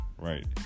right